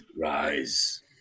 Rise